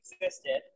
existed